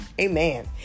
Amen